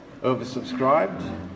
oversubscribed